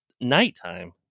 nighttime